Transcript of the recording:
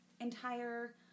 entire